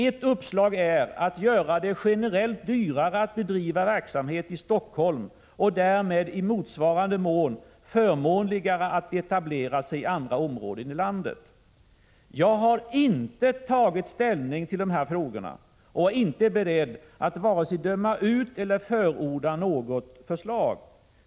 Ett uppslag är att göra det generellt dyrare att bedriva verksamhet i Stockholm och därmed i motsvarande mån förmånligare att etablera sig i andra områden i landet. Jag har inte tagit ställning till dessa frågor och är inte beredd att vare sig döma ut eller förorda något förslag.